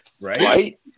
Right